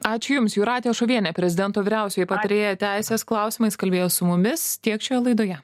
ačiū jums jūratė šovienė prezidento vyriausioji patarėja teisės klausimais kalbėjo su mumis tiek šioje laidoje